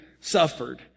suffered